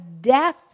death